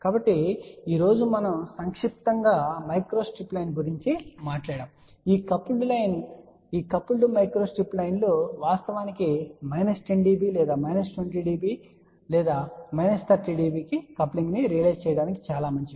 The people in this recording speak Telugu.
కాబట్టి ఈ రోజు మనం సంక్షిప్తముగా మైక్రోస్ట్రిప్ లైన్ గురించి మాట్లాడాము ఈ కపుల్డ్ మైక్రోస్ట్రిప్ లైన్ లు వాస్తవానికి మైనస్ 10 dB లేదా మైనస్ 20 dB లేదా మైనస్ 30 dB కప్లింగ్ ను రియలైజ్ చేయడానికి చాలా మంచివి